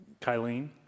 Kylene